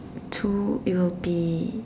to it will be